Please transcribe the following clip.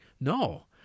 No